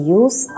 use